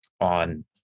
on